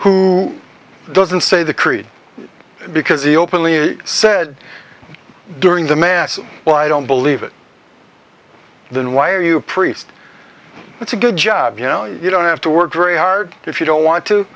who doesn't say the creed because he openly said during the mass well i don't believe it then why are you a priest it's a good job you know you don't have to work very hard if you don't want to